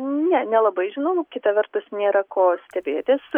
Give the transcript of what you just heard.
ne nelabai žinau kita vertus nėra ko stebėtis